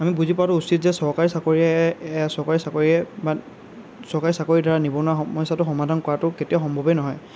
আমি বুজি পোৱাটো উচিত যে চৰকাৰী চাকৰিয়ে চৰকাৰী চাকৰিয়ে বা চৰকাৰী চাকৰিৰ দ্বাৰা নিবনুৱা সমস্যাটো সমাধান কৰাটো কেতিয়াও সম্ভৱেই নহয়